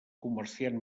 comerciant